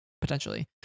potentially